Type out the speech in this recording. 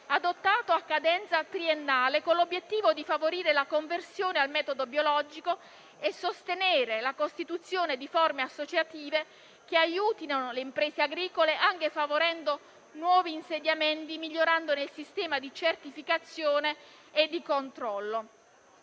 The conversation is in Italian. adottato a cadenza triennale, con l'obiettivo di favorire la conversione al metodo biologico e sostenere la costituzione di forme associative, che aiutino le imprese agricole, anche favorendo nuovi insediamenti e migliorandone il sistema di certificazione e di controllo.